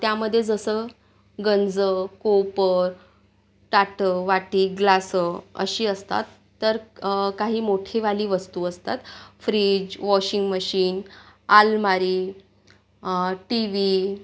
त्यामध्ये जसं गंज कोपर ताटं वाटी ग्लासं अशी असतात तर काही मोठीवाली वस्तू असतात फ्रीज वॉशिंग मशीन अलमारी टीवी